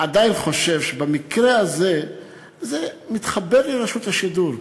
עדיין חושב שבמקרה הזה זה מתחבר לי לרשות השידור.